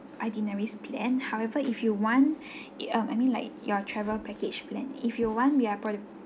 itineraries planned however if you want um I mean like your travel package plan if you want we are pro~